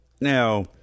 now